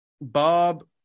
Bob